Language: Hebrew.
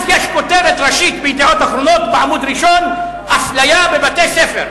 אז יש כותרת ראשית ב"ידיעות אחרונות" בעמוד ראשון: אפליה בבתי-ספר,